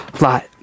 lot